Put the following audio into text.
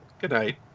Goodnight